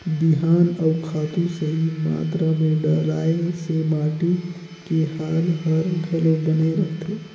बिहान अउ खातू सही मातरा मे डलाए से माटी के हाल हर घलो बने रहथे